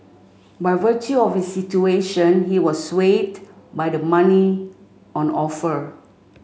by virtue of situation he was swayed by the money on offer